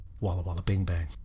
walla-walla-bing-bang